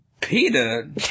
Peter